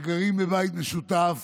שגרים בבית משותף